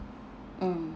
mm